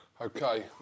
Okay